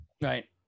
Right